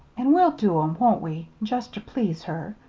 an' we'll do em, won't we jest ter please her?